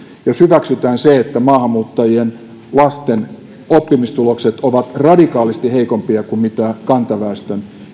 jos hyväksytään se että maahanmuuttajien lasten oppimistulokset ovat radikaalisti heikompia kuin kantaväestön